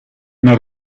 una